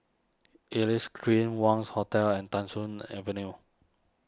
Elias Green Wangz Hotel and Thong Soon Avenue